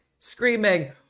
Screaming